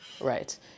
Right